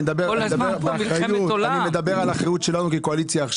אני מדבר מבחינת האחריות שלנו כקואליציה.